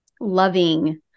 loving